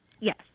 Yes